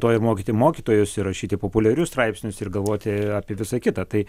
to ir mokyti mokytojus ir rašyti populiarius straipsnius ir galvoti apie visa kitą tai